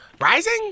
rising